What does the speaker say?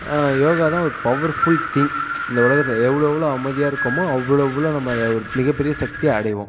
யோகா தான் ஒரு powerful thing இந்த உலகத்தில் எவ்வளோ எவ்வளோ அமைதியாக இருக்கோமோ அவ்வளோ அவ்வளோ நம்ம ஒரு மிகப்பெரிய சக்தியை அடைவோம்